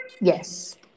Yes